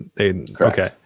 Okay